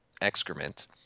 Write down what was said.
excrement